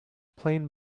plain